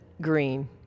green